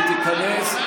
היא תיכנס,